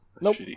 Nope